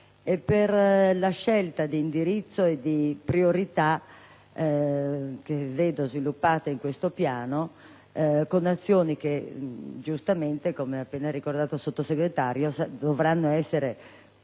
e per la scelta di indirizzi e di priorità che vedo sviluppata in questo Piano, con azioni, come ha appena ricordato il Sottosegretario, che dovranno essere